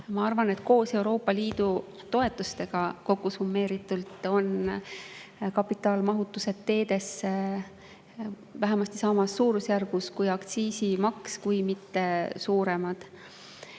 Ma arvan, et koos Euroopa Liidu toetustega kokku on kapitaalmahutused teedesse vähemasti samas suurusjärgus kui [raha] aktsiisimaksust, kui mitte suuremad.